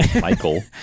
michael